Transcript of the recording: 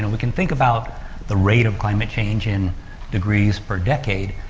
and we can think about the rate of climate change in degrees per decade,